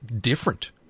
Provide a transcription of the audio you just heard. different